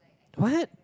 what